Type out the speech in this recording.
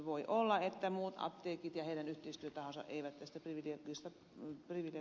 voi olla että muut apteekit ja heidän yhteistyötahonsa eivät tästä privilegiosta pidä